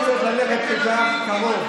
לא צריך ללכת כל כך רחוק,